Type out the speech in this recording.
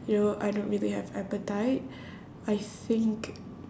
you know I don't really have appetite I think